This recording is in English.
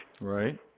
Right